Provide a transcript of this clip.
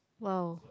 !wow!